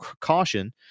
caution